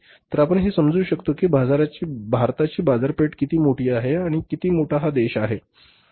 तर आपण हे समजू शकतो कि भारताची बाजारपेठे किती मोठी आहे आणि किती मोठा हा देश आहे